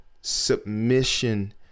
submission